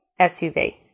SUV